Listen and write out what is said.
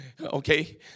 Okay